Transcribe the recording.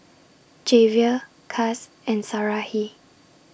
Javier Cas and Sarahi